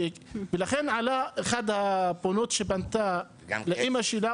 ולכן אחת הפונות שפנתה לאמא שלה,